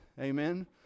Amen